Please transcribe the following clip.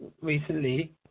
recently